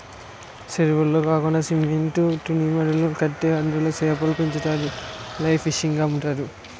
సెరువులే కాకండా సిమెంట్ తూనీమడులు కట్టి అందులో సేపలు పెంచుతారు లైవ్ ఫిష్ గ అమ్ముతారు